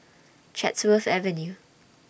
Chatsworth Avenue